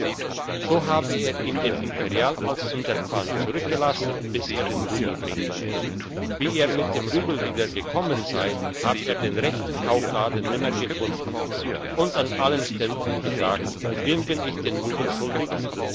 so habe er ihm den imperial als unterpfand zurückgelassen bis er den rubel bringe wie er mit dem rubel wieder kommen sei hab er den rechten kaufladen nimmer gefunden und an allen ständen gefragt wem bin ich einen rubel schuldig